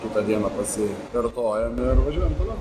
kitą dieną pasikartojam ir važiuojam toliau